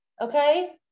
Okay